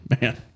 Man